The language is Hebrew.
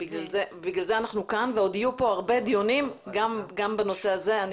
בגלל זה אנחנו כאן ועוד יהיו כאן הרבה דיונים גם בנושא הזה.